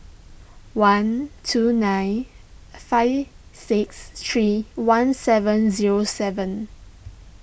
one two nine five six three one seven zero seven